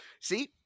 See